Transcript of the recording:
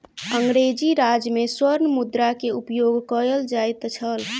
अंग्रेजी राज में स्वर्ण मुद्रा के उपयोग कयल जाइत छल